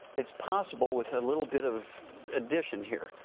it's possible with a little bit of addition here.